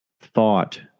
thought